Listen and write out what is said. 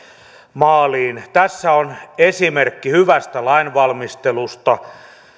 maaliin tässä on esimerkki hyvästä lainvalmistelusta